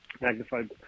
Magnified